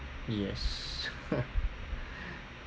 yes